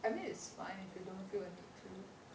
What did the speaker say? I mean it's fine if you don't feel a need to